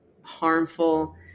harmful